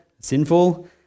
sinful